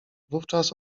wówczas